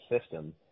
system